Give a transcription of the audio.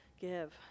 give